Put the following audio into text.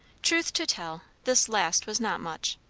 truth to tell, this last was not much.